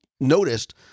noticed